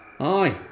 Aye